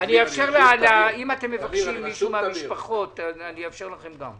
אם מישהו מהמשפחות רוצה לדבר אני אאפשר לכם גם.